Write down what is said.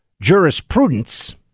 jurisprudence